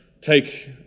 take